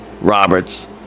Roberts